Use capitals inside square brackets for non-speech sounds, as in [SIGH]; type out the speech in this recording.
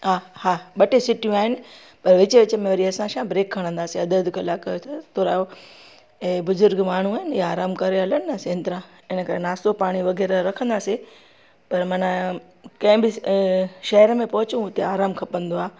हा हा ॿ टे सीटियूं आहिनि पर विचु विचु वरी असां छा ब्रेक खणंदासीं अधु अधु कलाक जो त [UNINTELLIGIBLE] ऐं बुजुर्ग माण्हू आहिनि इहे आरामु करे हलनि न चङी तरह इन करे नाश्तो पाणी वग़ैरह रखंदासीं पर माना कंहिं बि शहर में पहुचूं उते आरामु खपंदो आहे